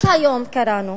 רק היום קראנו